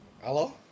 Hello